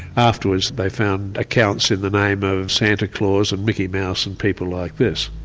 afterwards they found accounts in the name of santa claus and mickey mouse and people like this.